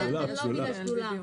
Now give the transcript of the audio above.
יש הבדל בין לובי לשדולה.